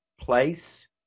place